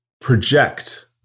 project